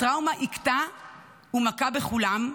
הטראומה הכתה ומכה בכולם.